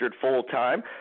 full-time